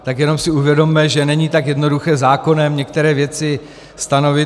Tak jenom si uvědomme, že není tak jednoduché zákonem některé věci stanovit.